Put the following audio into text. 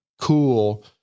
cool